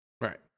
Right